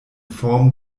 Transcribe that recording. form